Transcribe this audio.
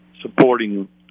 supporting